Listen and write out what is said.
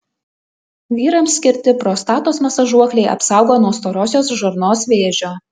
vyrams skirti prostatos masažuokliai apsaugo nuo storosios žarnos vėžio